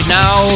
now